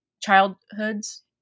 Childhoods